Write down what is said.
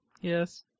Yes